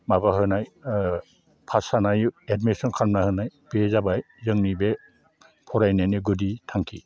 माबा होनाय पास जाना एडमिसन खालामना होनाय बे जाबाय जोंनि बे फरायनायनि गुदि थांखि